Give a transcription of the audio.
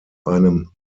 einem